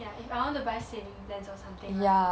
ya if I want to buy savings plan or something right